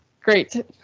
Great